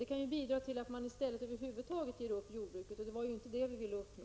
Det kan leda till att man i stället över huvud taget ger upp jordbruket, men det var inte detta som vi ville uppnå.